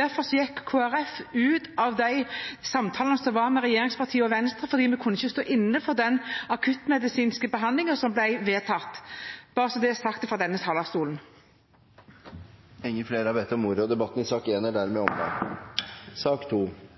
Derfor gikk Kristelig Folkeparti ut av samtalene som var mellom regjeringspartiene og Venstre, for vi kunne ikke stå inne for den akuttmedisinske behandlingen som ble vedtatt. – Bare så det er sagt fra denne talerstolen. Flere har ikke bedt om ordet til sak nr. 1. Ingen har bedt om ordet. Etter ønske fra utenriks- og